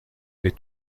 les